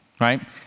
Right